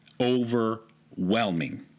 overwhelming